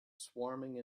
swarming